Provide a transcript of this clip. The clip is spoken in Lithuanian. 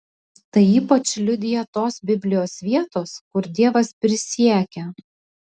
tai ypač liudija tos biblijos vietos kur dievas prisiekia